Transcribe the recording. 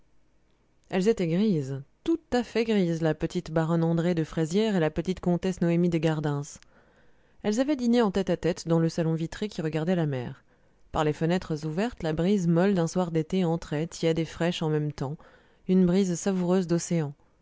elles étaient grises tout à fait grises la petite baronne andrée de fraisières et la petite comtesse noëmi de gardens elles avaient dîné en tête-à-tête dans le salon vitré qui regardait la mer par les fenêtres ouvertes la brise molle d'un soir d'été entrait tiède et fraîche en même temps une brise savoureuse d'océan